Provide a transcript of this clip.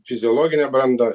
fiziologine branda